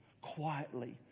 quietly